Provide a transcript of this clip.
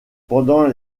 pendant